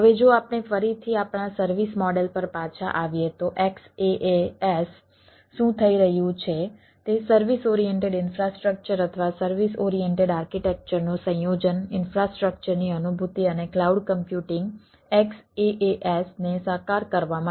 હવે જો આપણે ફરીથી આપણા સર્વિસ મોડેલ પર પાછા આવીએ તો XaaS શું થઈ રહ્યું છે તે સર્વિસ ઓરિએન્ટેડ ઇન્ફ્રાસ્ટ્રક્ચર અથવા સર્વિસ ઓરિએન્ટેડ આર્કિટેક્ચરનું સંયોજન ઇન્ફ્રાસ્ટ્રક્ચરની અનુભૂતિ અને ક્લાઉડ કમ્પ્યુટિંગ XaaSને સાકાર કરવા માટે